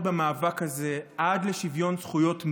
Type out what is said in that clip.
במאבק הזה עד לשוויון זכויות מלא,